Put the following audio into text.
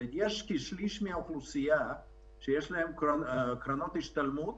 לכשליש מהאוכלוסייה יש קרנות השתלמות,